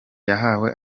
yahawe